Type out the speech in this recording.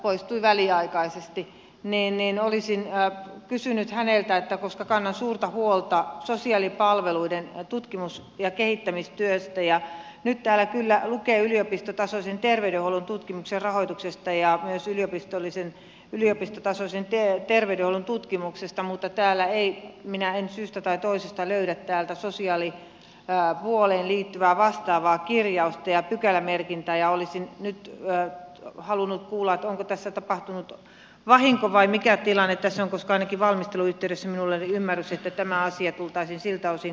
poistui väliaikaisesti olisin kysynyt häneltä koska kannan suurta huolta sosiaalipalveluiden tutkimus ja kehittämistyöstä ja nyt täällä kyllä lukee yliopistotasoisen terveydenhuollon tutkimuksen rahoituksesta ja myös yliopistotasoisen terveydenhuollon tutkimuksesta mutta minä en syystä tai toisesta löydä täältä sosiaalipuoleen liittyvää vastaavaa kirjausta ja pykälämerkintää ja olisin nyt halunnut kuulla onko tässä tapahtunut vahinko vai mikä tilanne tässä on koska ainakin valmistelun yhteydessä minulla oli ymmärrys että tämä asia tultaisiin siltä osin korjaamaan